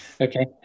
Okay